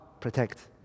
protect